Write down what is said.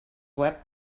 web